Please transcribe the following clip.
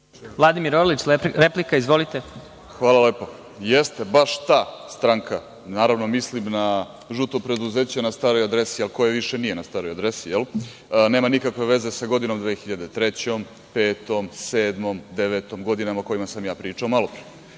Vladimir Orlić, replika. Izvolite. **Vladimir Orlić** Hvala lepo. Jeste, baš ta stranka, naravno mislim na žuto preduzeće na staroj adresi, ali koje više nije na staroj adresi, nema nikakve veze sa godinom 2003, 2005, 2007, 2009, godinama o kojima sam ja pričao malopre.